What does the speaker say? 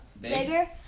bigger